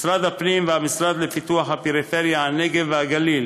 משרד הפנים והמשרד לפיתוח הפריפריה, הנגב והגליל